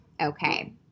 okay